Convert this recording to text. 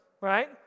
right